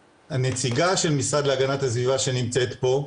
והנציגה של משרד להגנת הסביבה שנמצאת פה,